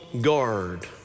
guard